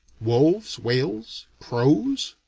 wolves, whales, crows?